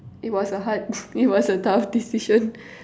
it was a hard it was a tough decision